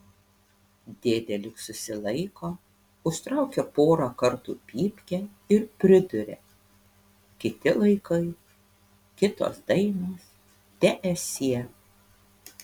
dėdė lyg susilaiko užtraukia porą kartų pypkę ir priduria kiti laikai kitos dainos teesie